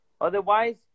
otherwise